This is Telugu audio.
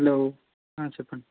హలో చెప్పండి